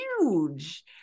huge